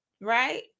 Right